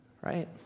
right